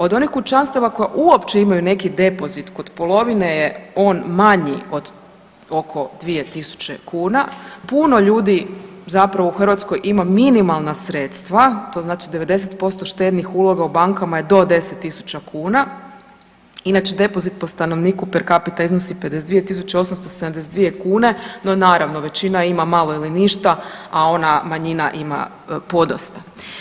Od onih kućanstava koja uopće imaju neki depozit kod polovine je on manji od, oko 2.000 kuna, puno ljudi zapravo u Hrvatskoj ima minimalna sredstva, to znači 90% štednih uloga u bankama je do 10.000 kuna, inače depozit po stanovniku per capita iznosi 52.872 kune, no naravno većina ima malo ili ništa, a ona manjina ima podosta.